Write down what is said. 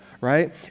right